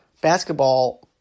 basketball